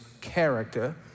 character